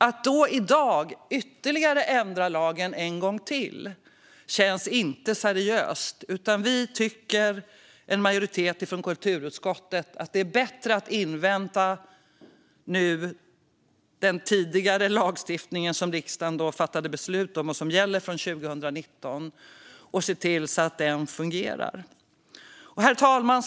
Att då i dag ändra lagen en gång till känns inte seriöst. En majoritet av oss i kulturutskottet tycker att det är bättre att invänta att den tidigare lagstiftningen som gäller från 2019 ska få fullt genomslag och att vi ser att den fungerar. Herr talman!